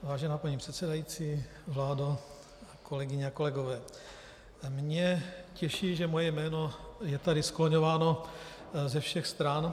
Vážená paní předsedající, vládo, kolegyně a kolegové, mě těší, že moje jméno je tady skloňováno ze všech stran.